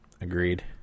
Agreed